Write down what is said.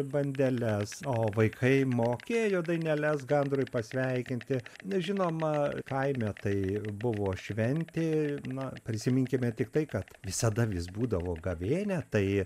bandeles o vaikai mokėjo daineles gandrui pasveikinti nes žinoma kaime tai buvo šventė na prisiminkime tik tai kad visada vis būdavo gavėnia tai